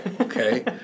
Okay